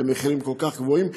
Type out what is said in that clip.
מחירים כל כך גבוהים,